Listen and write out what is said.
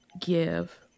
give